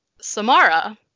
Samara